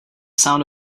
sound